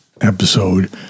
episode